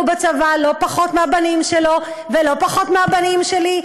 בצבא לא פחות מהבנים שלו ולא פחות מהבנים שלי,